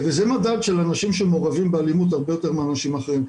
וזה מדד של אנשים שמעורבים באלימות הרבה יותר מאנשים אחרים.